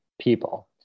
people